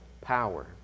power